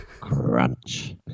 crunch